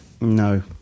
No